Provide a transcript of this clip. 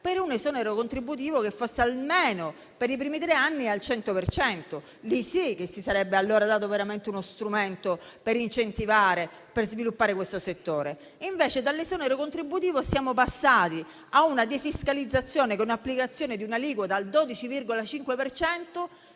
per un esonero contributivo che fosse, almeno per i primi tre anni, al 100 per cento. In tal modo si sarebbe dato veramente uno strumento per incentivare e per sviluppare questo settore. Invece dall'esonero contributivo siamo passati a una defiscalizzazione, con l'applicazione di un'aliquota al 12,5